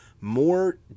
more